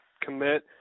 commit